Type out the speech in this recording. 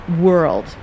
world